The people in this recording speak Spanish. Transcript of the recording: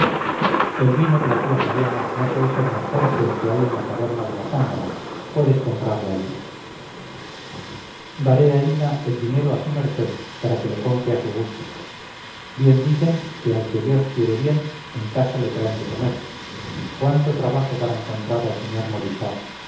el vino de la tía fabiana no puede ser mejor que el que hay en la taberna de la zángana puedes comprarlo allí daré aína el dinero a su merced para que lo compre a su gusto bien dicen que al que dios quiere bien en casa le traen de comer cuánto trabajo para encontrar al sr